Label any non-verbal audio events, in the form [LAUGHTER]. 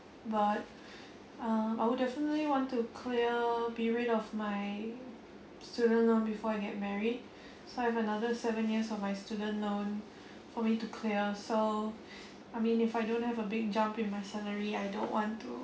but uh I would definitely want to clear be rid of my student loan before I get married so I have another seven years of my student loan for me to clear so [BREATH] I mean if I don't have a big jump in my salary I don't want to